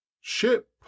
Ship